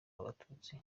abatutsi